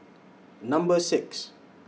Number six